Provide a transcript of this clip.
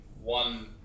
one